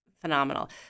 Phenomenal